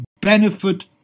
benefit